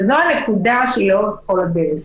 זאת הנקודה שלאורך כל הדרך.